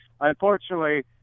Unfortunately